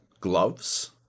gloves